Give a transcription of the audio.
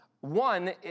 One